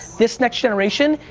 this next generation,